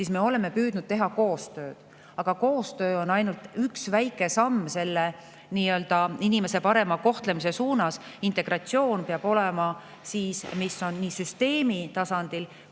siis me oleme püüdnud teha koostööd, aga koostöö on ainult üks väike samm inimese nii-öelda parema kohtlemise suunas. Integratsioon peab olema nii süsteemi tasandil